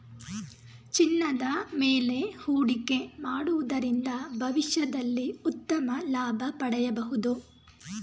ಚಿನ್ನದ ಮೇಲೆ ಹೂಡಿಕೆ ಮಾಡುವುದರಿಂದ ಭವಿಷ್ಯದಲ್ಲಿ ಉತ್ತಮ ಲಾಭ ಪಡೆಯಬಹುದು